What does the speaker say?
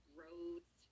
roads